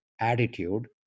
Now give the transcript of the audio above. attitude